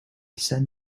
send